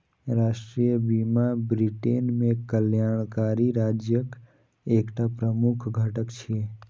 राष्ट्रीय बीमा ब्रिटेन मे कल्याणकारी राज्यक एकटा प्रमुख घटक छियै